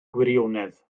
gwirionedd